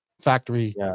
factory